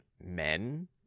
men